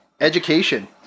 Education